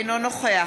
אינו נוכח